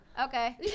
Okay